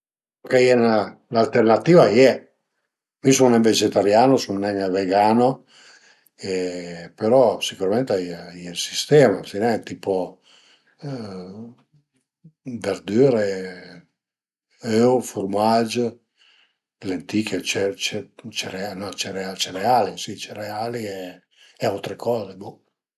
Ch'a ie 'na, 'na alternativa a ie, mi sun nen vegetariano, sun nen vegano, però sicürament a ie ël sistema, sai nen tipo verdüre, öu, furmag, lenticchie cer cer cereal no cereali si cereali e autre coze bo